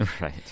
Right